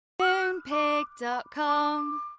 Moonpig.com